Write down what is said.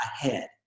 ahead